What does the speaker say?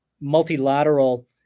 multilateral